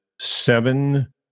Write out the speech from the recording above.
seven